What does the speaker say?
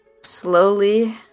slowly